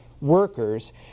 workers